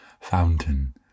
fountain